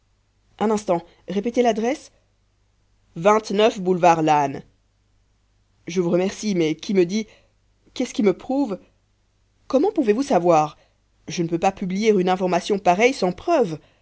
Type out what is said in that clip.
un instant répétez l'adresse boulevard lannes je vous remercie mais qui me dit qu'est-ce qui me prouve comment pouvez-vous savoir je ne peux pas publier une information pareille sans preuve